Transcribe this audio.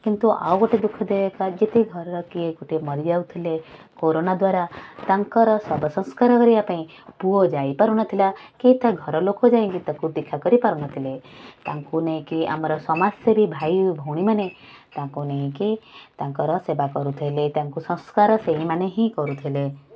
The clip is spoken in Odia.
କିନ୍ତୁ ଆଉ ଗୋଟେ ଦୁଃଖଦାୟକ ଯଦି ଘରର କିଏ ଗୋଟେ ମରିଯାଉଥିଲେ କୋରୋନା ଦ୍ଵାରା ତାଙ୍କର ଶବ ସଂସ୍କାର କରିବା ପାଇଁ ପୁଅ ଯାଇପାରୁନଥିଲା କି ତା'ଘରଲୋକ ଯାଇକି ତାକୁ ଦେଖା କରିପାରୁନଥିଲେ ତାଙ୍କୁ ନେଇକି ଆମର ସମାଜସେବୀ ଭାଇ ଓ ଭଉଣୀମାନେ ତାଙ୍କୁ ନେଇକି ତାଙ୍କର ସେବା କରୁଥିଲେ ତାଙ୍କୁ ସଂସ୍କାର ସେଇମାନେ ହିଁ କରୁଥିଲେ